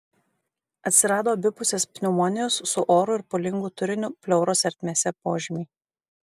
atsirado abipusės pneumonijos su oru ir pūlingu turiniu pleuros ertmėse požymiai